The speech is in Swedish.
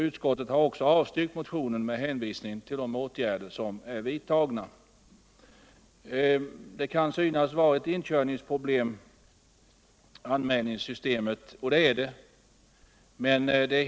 Utskottet har också avstyrkt motionen med hänvisning till de åtgärder som har vidtagits. Anmälningssystemet kan synas erbjuda inkörningsproblem — det gör det.